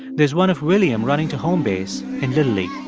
there's one of william running to home base in little league.